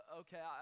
okay